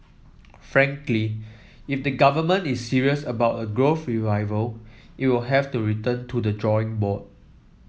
frankly if the government is serious about a growth revival it will have to return to the drawing board